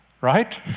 right